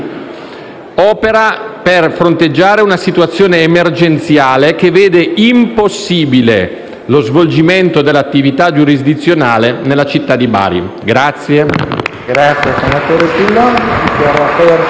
mesi - fronteggia una situazione emergenziale, che vede impossibile lo svolgimento dell'attività giurisdizionale nella città di Bari.